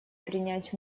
принять